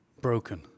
broken